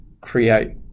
create